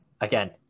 Again